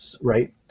right